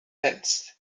lens